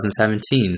2017